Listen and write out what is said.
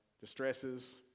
distresses